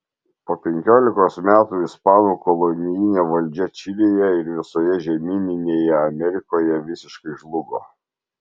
po penkiolikos metų ispanų kolonijinė valdžia čilėje ir visoje žemyninėje amerikoje visiškai žlugo